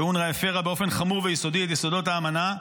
שאונר"א הפרה באופן חמור ויסודי את יסודות האמנה.